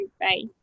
Bye